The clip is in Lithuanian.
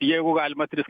jeigu galima tris